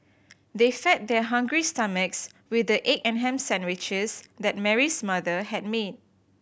they fed their hungry stomachs with the egg and ham sandwiches that Mary's mother had made